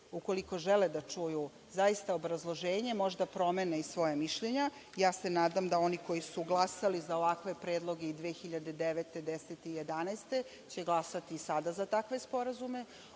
ukoliko žele da čuju, zaista obrazloženje. Možda promene svoje mišljenje. Nadam se da oni koji su glasali za ovakve predloge i 2009, 2010. i 2011. godine će glasati i sada za takve sporazume.